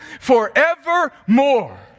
forevermore